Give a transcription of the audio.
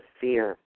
fear